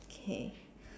okay